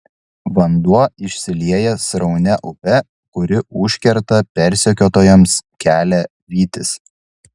vanduo išsilieja sraunia upe kuri užkerta persekiotojams kelią vytis